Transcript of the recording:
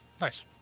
Nice